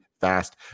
fast